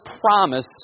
promise